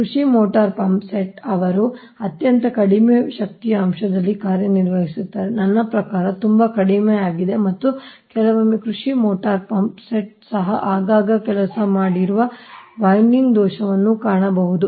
ಕೃಷಿ motor pump set ಅವರು ಅತ್ಯಂತ ಕಡಿಮೆ ಶಕ್ತಿಯ ಅಂಶದಲ್ಲಿ ಕಾರ್ಯನಿರ್ವಹಿಸುತ್ತಾರೆ ನನ್ನ ಪ್ರಕಾರ ತುಂಬಾ ಕಡಿಮೆಯಾಗಿದೆ ಮತ್ತು ಕೆಲವೊಮ್ಮೆ ಕೃಷಿ ಮೋಟಾರ್ ಪಂಪ್ ಸೆಟ್ ಸಹ ಆಗಾಗ್ಗೆ ಕೆಲಸ ಮಾಡುವ ವಿಂಡಿಂಗ್ ದೋಷವನ್ನು ಕಾಣಬಹುದು